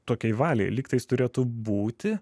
tokiai valiai lyg tais turėtų būti